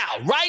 right